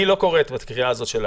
אני לא קורא את הקריאה שלך